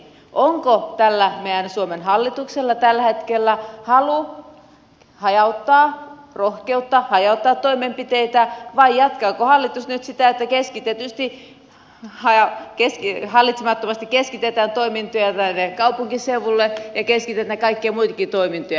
onko tällä meidän suomen hallituksella tällä hetkellä halu hajauttaa rohkeutta hajauttaa toimenpiteitä vai jatkaako hallitus nyt sitä että hallitsemattomasti keskitetään toimintoja kaupunkiseuduille ja keskitetään kaikkia muitakin toimintoja